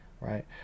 right